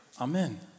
Amen